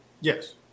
Yes